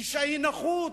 אשה היא נכות,